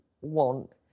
want